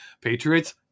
Patriots